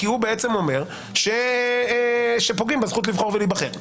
כי הוא בעצם אומר שפוגעים בזכות לבחור ולהיבחר.